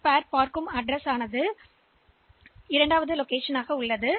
L ஜோடி இப்போது இந்த முகவரியை சுட்டிக்காட்டுகிறது